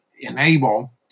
enable